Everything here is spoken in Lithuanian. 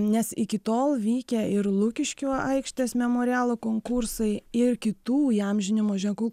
nes iki tol vykę ir lukiškių aikštės memorialo konkursai ir kitų įamžinimo ženklų